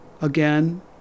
Again